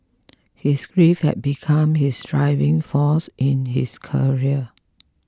his grief had become his driving force in his career